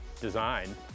design